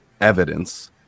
evidence